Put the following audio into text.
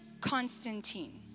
Constantine